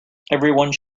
everyone